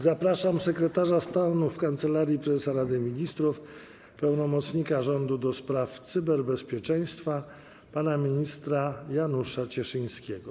Zapraszam sekretarza stanu w Kancelarii Prezesa Rady Ministrów, pełnomocnika rządu do spraw cyberbezpieczeństwa pana ministra Janusza Cieszyńskiego.